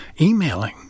emailing